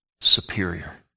superior